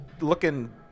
looking